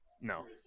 No